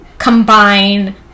combine